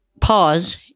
pause